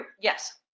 yes